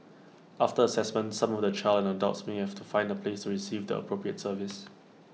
after Assessment some of the child and adults may have to find A place to receive the appropriate service